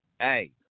Hey